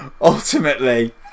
ultimately